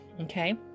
Okay